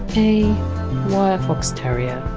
a wire fox terrier.